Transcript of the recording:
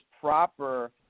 proper